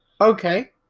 Okay